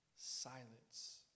silence